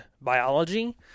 biology